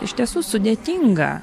iš tiesų sudėtinga